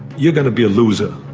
you're going to be a loser.